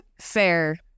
fair